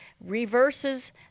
Reverses